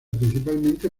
principalmente